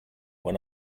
when